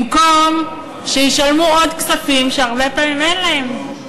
במקום שישלמו עוד כספים, שהרבה פעמים אין להם.